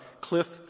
cliff